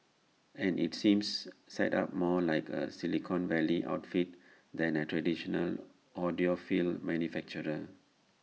and IT seems set up more like A Silicon Valley outfit than A traditional audiophile manufacturer